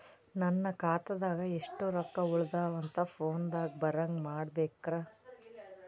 ನನ್ನ ಖಾತಾದಾಗ ಎಷ್ಟ ರೊಕ್ಕ ಉಳದಾವ ಅಂತ ಫೋನ ದಾಗ ಬರಂಗ ಮಾಡ ಬೇಕ್ರಾ?